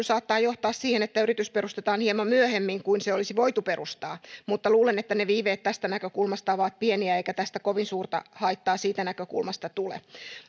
saattaa johtaa siihen että yritys perustetaan hieman myöhemmin kuin se olisi voitu perustaa mutta luulen että ne viiveet tästä näkökulmasta ovat pieniä eikä tästä kovin suurta haittaa siitä näkökulmasta tule